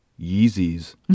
Yeezys